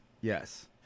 Yes